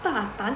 大胆